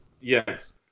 yes